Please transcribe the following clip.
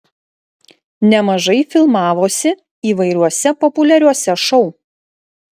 nemažai filmavosi įvairiuose populiariuose šou